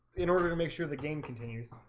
you know we're gonna make sure the game continues.